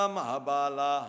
Mahabala